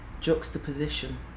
juxtaposition